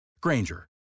Granger